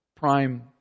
prime